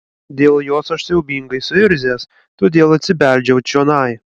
dėl jos aš siaubingai suirzęs todėl atsibeldžiau čionai